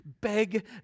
beg